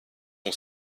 son